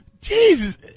Jesus